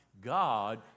God